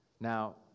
Now